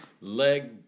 Leg